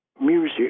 music